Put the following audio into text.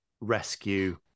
rescue